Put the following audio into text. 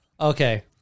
Okay